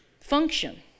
function